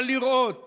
אבל לראות